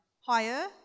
Higher